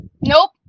Nope